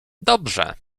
dobrze